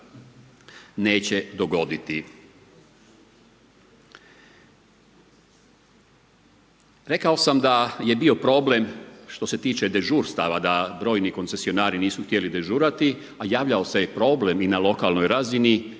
neće dogoditi. Rekao sam da je bio problem što se tiče dežurstava da brojni koncesionari nisu htjeli dežurati, a javljao se je i problem na lokalnoj razini,